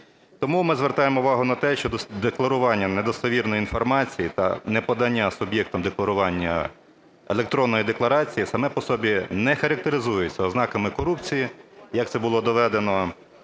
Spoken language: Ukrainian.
Тому ми звертаємо увагу на те, що декларування недостовірної інформації та неподання суб'єктом декларування електронної декларації саме по собі не характеризується ознаками корупції, як це було доведено